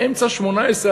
באמצע שמונה-עשרה,